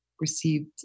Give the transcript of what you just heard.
received